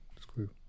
Screw